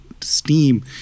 steam